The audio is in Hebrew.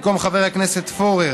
במקום חבר הכנסת פורר